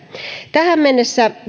tähän mennessä